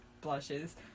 blushes